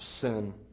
sin